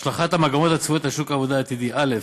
השלכת המגמות הצפויות על שוק העבודה העתידי: א.